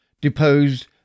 deposed